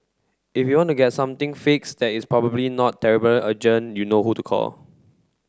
if you want to get something fixed that is probably not terribly urgent you know who to call